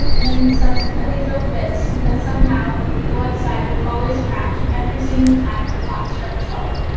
and then we'd subsequently throw fits because somehow the website would always crash every single time the clock struck twelve.